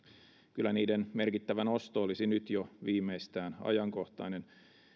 kyllä niiden merkittävä nosto olisi viimeistään jo nyt ajankohtainen